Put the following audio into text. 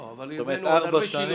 לא, הבאנו עוד הרבה שינויים.